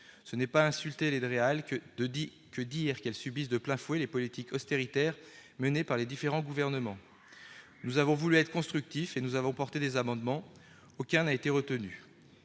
logement- les DREAL -que de dire qu'elles subissent de plein fouet les politiques d'austérité menées par les différents gouvernements ! Nous avons voulu être constructifs et avons présenté des amendements. Aucun n'a été retenu.